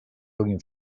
looking